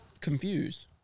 confused